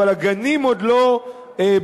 אבל הגנים עוד לא בנויים.